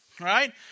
right